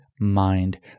mind